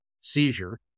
seizure